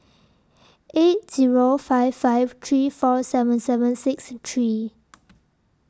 eight Zero five five three four seven seven six three